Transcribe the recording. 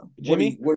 Jimmy